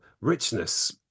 richness